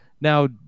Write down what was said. now